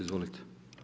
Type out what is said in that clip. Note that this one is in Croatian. Izvolite.